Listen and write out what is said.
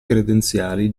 credenziali